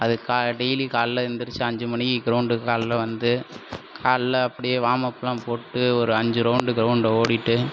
அதுக்காக டெய்லி காலைல எந்திரித்து அஞ்சு மணிக்கு கிரவுண்டுக்கு காலைல வந்து காலைல அப்படியே வார்ம்அப்லாம் போட்டு ஒரு அஞ்சு ரவுண்டு கிரவுண்டில் ஓடிவிட்டு